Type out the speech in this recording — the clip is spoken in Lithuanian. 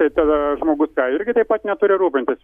tai tada žmogus irgi taip pat neturi rūpintis